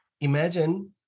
imagine